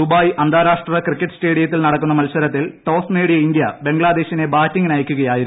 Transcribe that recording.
Dubai അന്താരാഷ്ട്ര cricket സ്റ്റേഡിയത്തിൽ നടക്കുന്ന മത്സരത്തിൽ ടോസ് നേടിയ ഇന്ത്യ ബംഗ്ലാദേശിനെ ബാറ്റിംങ്ങിന് അയയ്ക്കുകയായിരുന്നു